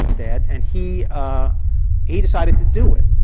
dad, and he ah he decided to do it.